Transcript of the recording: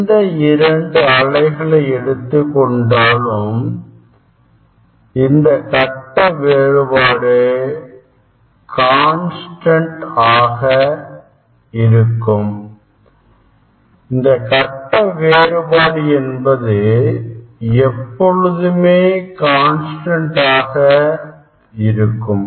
எந்த இரண்டு அலைகளை எடுத்துக் கொண்டாலும் இந்த கட்ட வேறுபாடு கான்ஸ்டன்ட் ஆக இருக்கும் இந்த கட்ட வேறுபாடு என்பது எப்பொழுதுமே கான்ஸ்டன்ட் ஆக இருக்கும்